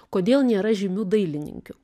kodėl nėra žymių dailininkių